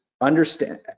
understand